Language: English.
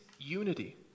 unity